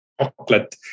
chocolate